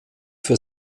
für